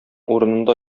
урынында